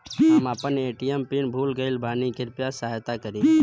हम आपन ATM PIN भूल गईल बानी कृपया सहायता करी